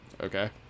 okay